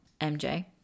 MJ